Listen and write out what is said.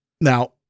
Now